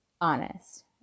honest